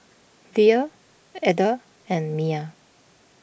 Lea Ada and Mya